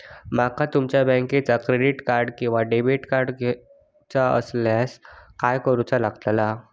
माका तुमच्या बँकेचा क्रेडिट कार्ड किंवा डेबिट कार्ड घेऊचा असल्यास काय करूचा लागताला?